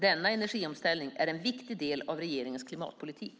Denna energiomställning är en viktig del av regeringens klimatpolitik.